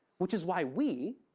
which is why we,